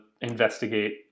investigate